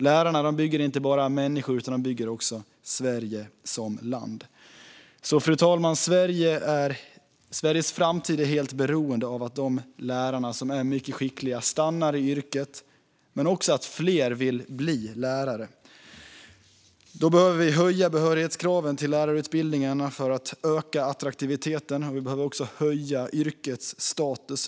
Lärarna bygger inte bara människor, utan de bygger också Sverige som land. Fru talman! Sveriges framtid är helt beroende av att de lärare som är mycket skickliga stannar i yrket men också att fler vill bli lärare. Då behöver vi höja behörighetskraven till lärarutbildningarna för att öka attraktiviteten, och vi behöver också höja yrkets status.